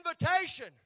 invitation